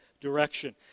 direction